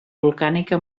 volcànica